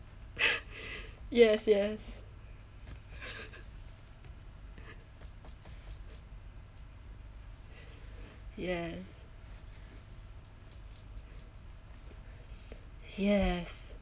yes yes yes yes